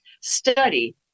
study